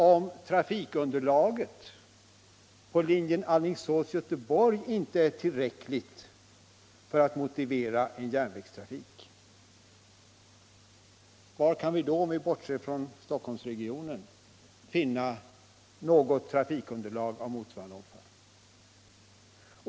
Om trafikunderlaget på linjen Göteborg Alingsås inte är tillräckligt för att motivera en järnvägstrafik, var kan vi då — om vi bortser från Stockholmsregionen — finna något trafikunderlag av motsvarande omfattning?